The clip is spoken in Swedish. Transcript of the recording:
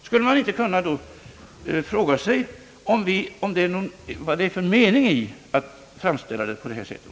| Skulle man inte då kunna fråga sig vad det är för mening i att framställa saken på detta sätt?